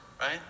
right